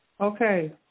Okay